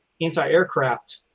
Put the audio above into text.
anti-aircraft